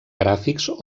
gràfics